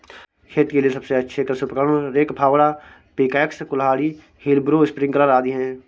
खेत के लिए सबसे अच्छे कृषि उपकरण, रेक, फावड़ा, पिकैक्स, कुल्हाड़ी, व्हीलब्रो, स्प्रिंकलर आदि है